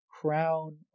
crown